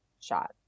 shot